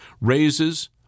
raises